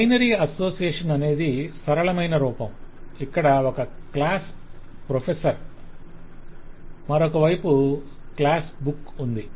binary association అనేది సరళమైన రూపం - ఇక్కడ ఒక వైపు క్లాస్ ప్రొఫెసర్ మరొక వైపు క్లాస్ బుక్ ఉంది